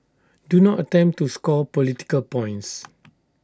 do not attempt to score political points